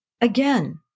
again